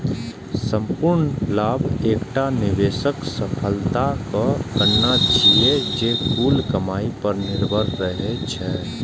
संपूर्ण लाभ एकटा निवेशक सफलताक गणना छियै, जे कुल कमाइ पर निर्भर रहै छै